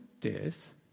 death